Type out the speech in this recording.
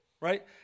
right